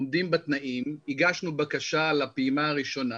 עומדים בתנאים, הגשנו בקשה לפעימה הראשונה,